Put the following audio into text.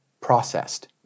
processed